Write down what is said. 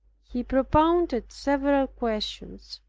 he propounded several questions.